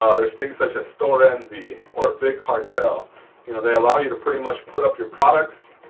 ah there's things such as store envy or big cartel you know they allow you to pretty much put up your products.